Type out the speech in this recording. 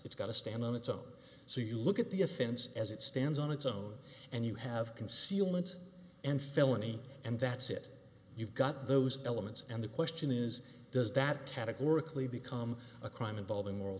it's got to stand on its own so you look at the offense as it stands on its own and you have concealment and felony and that's it you've got those elements and the question is does that categorically become a crime involving moral